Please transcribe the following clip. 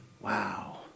Wow